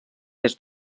des